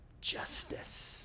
Justice